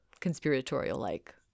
conspiratorial-like